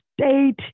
state